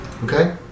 Okay